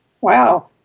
wow